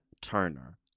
Turner